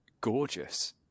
gorgeous